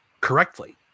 correctly